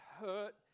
hurt